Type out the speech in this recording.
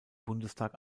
bundestag